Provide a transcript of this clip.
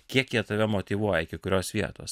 kiek jie tave motyvuoja iki kurios vietos